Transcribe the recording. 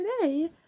today